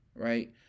right